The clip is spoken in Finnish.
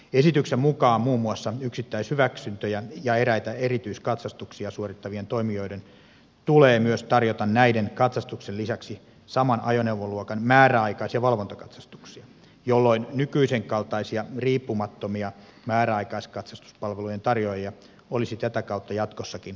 esityksen mukaan muun muassa yksittäishyväksyntöjä ja eräitä erityiskatsastuksia suorittavien toimijoiden tulee myös tarjota näiden katsastusten lisäksi saman ajoneuvoluokan määräaikais ja valvontakatsastuksia jolloin nykyisen kaltaisia riippumattomia määräaikaiskatsastuspalvelujen tarjoajia olisi tätä kautta jatkossakin markkinoilla